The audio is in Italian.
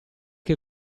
che